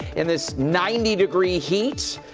in this ninety degree heat,